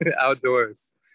Outdoors